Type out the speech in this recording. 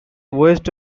west